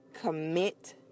commit